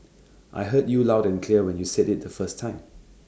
I heard you loud and clear when you said IT the first time